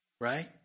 Right